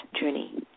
journey